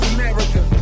America